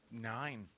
Nine